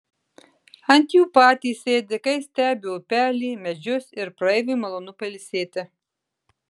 ant jų patys sėdi kai stebi upelį medžius ir praeiviui malonu pailsėti